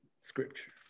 Scripture